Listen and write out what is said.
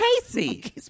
Casey